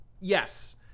Yes